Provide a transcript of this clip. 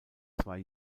zwei